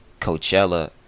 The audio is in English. Coachella